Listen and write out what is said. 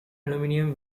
aluminum